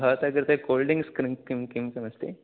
भव्ता कृते cold drink किं किं किं किमस्ति